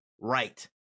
right